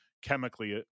chemically